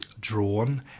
drawn